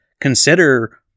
consider